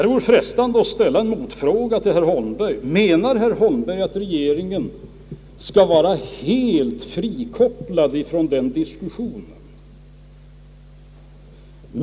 Det vore frestande att ställa en motfråga: Menar herr Holmberg att regeringen skall vara helt frikopplad från den diskussionen?